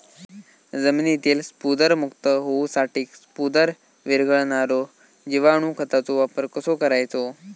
जमिनीतील स्फुदरमुक्त होऊसाठीक स्फुदर वीरघळनारो जिवाणू खताचो वापर कसो करायचो?